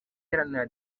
iharanira